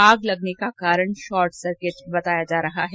आग लगने का कारण शॉर्ट सर्किट बताया जा रहा है